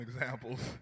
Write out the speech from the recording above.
examples